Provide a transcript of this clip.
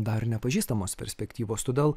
dar nepažįstamos perspektyvos todėl